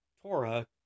Torah